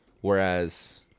Whereas